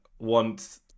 want